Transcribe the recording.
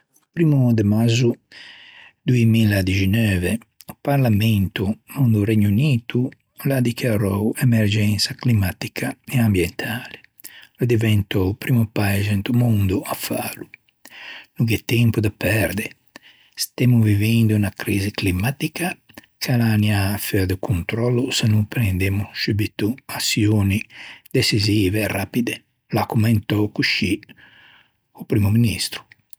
O primmo de mazzo doimilladixineuve o parlamento do Regno Unito o l'à dichiarou emergensa climmatica e ambientale. O l'é diventou primmo paise a-o mondo à fâlo. No gh'é tempo da perde, stemmo vivendo unna crisi climmatica ch'a l'anià feua do contròllo se no prendemmo subito açioin deçisive e rapide. O l'à commentou cosci o primmo ministro.